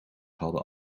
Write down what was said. hadden